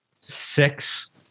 six